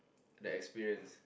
like experience